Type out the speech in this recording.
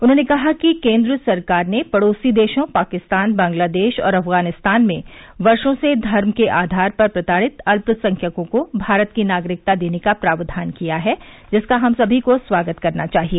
उन्होंने कहा कि केन्द्र सरकार ने पड़ोसी देशों पाकिस्तान बांग्लादेश और अफगानिस्तान में वर्षो से धर्म के आधार पर प्रताड़ित अत्पसंख्यकों को भारत की नागरिकता देने का प्रावधान किया है जिसका हम सभी को स्वागत करना चाहिए